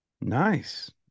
Nice